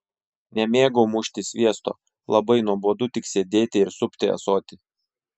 nemėgau mušti sviesto labai nuobodu tik sėdėti ir supti ąsotį